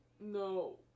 no